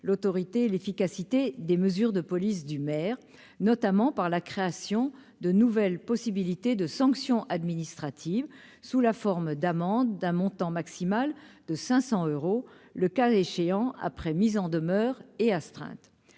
l'autorité, l'efficacité des mesures de police du maire, notamment par la création de nouvelles possibilités de sanctions administratives sous la forme d'amende d'un montant maximal de 500 euros, le cas échéant, après mise en demeure et astreintes